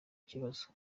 kibazo